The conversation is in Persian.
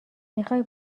میخوای